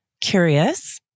curious